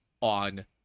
on